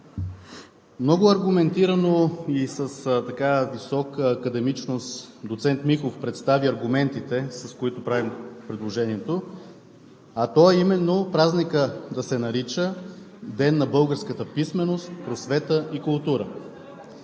Много аргументирано и с висока академичност доцент Михов представи аргументите, с които правим предложението, а именно празникът да се нарича Ден на българската писменост, просвета и култура.